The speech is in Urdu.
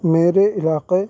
میرے علاقے